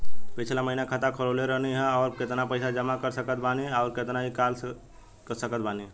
पिछला महीना खाता खोलवैले रहनी ह और अब केतना पैसा जमा कर सकत बानी आउर केतना इ कॉलसकत बानी?